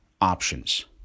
options